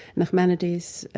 nachmanides,